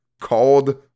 called